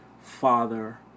father